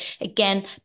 again